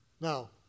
Now